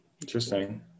interesting